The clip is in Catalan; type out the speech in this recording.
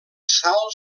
salt